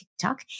TikTok